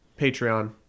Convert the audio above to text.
patreon